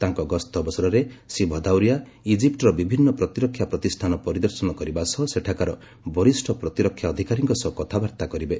ତାଙ୍କ ଗସ୍ତ ଅବସରରେ ଶ୍ରୀ ଭଦାଉରିଆ ଇଜିପୂର ବିଭିନ୍ନ ପ୍ରତିରକ୍ଷା ପ୍ରତିଷ୍ଠାନ ପରିଦର୍ଶନ କରିବା ସହ ସେଠାକାର ବରିଷ୍ଣ ପ୍ରତିରକ୍ଷା ଅଧିକାରୀଙ୍କ ସହ କଥାବାର୍ତ୍ତା କରିବେ